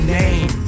name